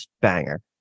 banger